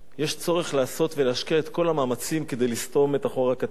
יש צורך לעשות ולהשקיע את כל המאמצים כדי לסתום את החור הקטן,